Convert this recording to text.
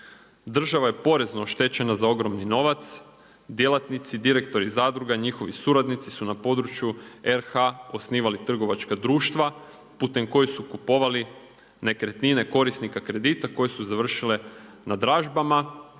Država je porezno oštećena za ogromni novac, djelatnici, direktori zadruga i njihovi suradnici su na području RH osnivali trgovačka društva putem kojih su kupovali nekretnine korisnika kredita koje su završile na držabama